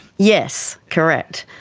yes, correct,